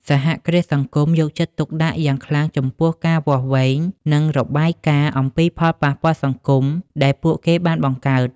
សហគ្រាសសង្គមយកចិត្តទុកដាក់យ៉ាងខ្លាំងចំពោះការវាស់វែង និងរបាយការណ៍អំពីផលប៉ះពាល់សង្គមដែលពួកគេបានបង្កើត។